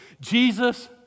Jesus